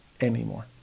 anymore